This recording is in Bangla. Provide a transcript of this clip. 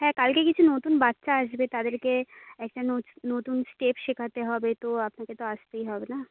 হ্যাঁ কালকে কিছু নতুন বাচ্চা আসবে তাদেরকে একটা নোজ নতুন স্টেপ শেখাতে হবে তো আপনাকে তো আসতেই হবে না